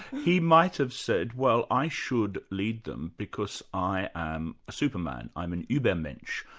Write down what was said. he might have said, well, i should lead them because i am a superman, i'm an ubermensch',